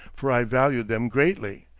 for i valued them greatly.